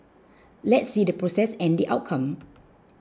let's see the process and the outcome